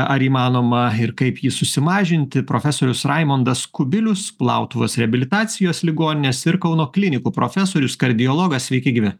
ar įmanoma ir kaip jį susimažinti profesorius raimundas kubilius kulautuvos reabilitacijos ligoninės ir kauno klinikų profesorius kardiologas sveiki gyvi